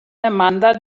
amanda